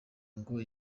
ngo